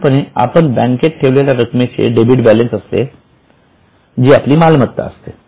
साधारणपणे आपण बँकेत ठेवलेल्या रक्कमेचे डेबिट बॅलन्स असते जी आपली मालमत्ता असते